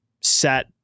set